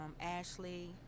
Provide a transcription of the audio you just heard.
Ashley